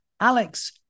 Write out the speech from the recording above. Alex